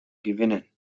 gewinnen